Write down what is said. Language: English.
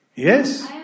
Yes